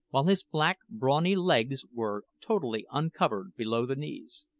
while his black, brawny legs were totally uncovered below the knees.